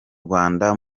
rwanda